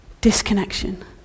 disconnection